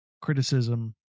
criticism